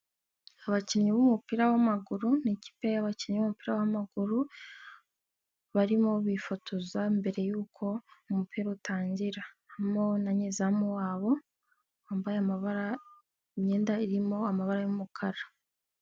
Abakinnyi b'umupira w'amaguru, ni ikipe y'abakinnyi b'umupira w'amaguru, barimo bifotoza mbere yuko umupira utangira, harimo na nyezamu wabo wambaye imyenda irimo amabara y'umukara.